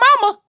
mama